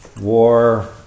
war